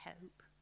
hope